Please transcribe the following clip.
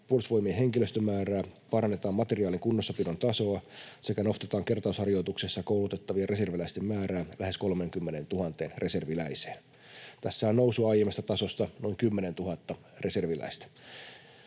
Puolustusvoimien henkilöstömäärää, parannetaan materiaalien kunnossapidon tasoa sekä nostetaan kertausharjoituksissa koulutettavien reserviläisten määrää lähes 30 000 reserviläiseen. Tässä on nousua aiemmasta tasosta noin 10 000 reserviläistä,